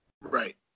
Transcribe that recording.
Right